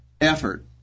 effort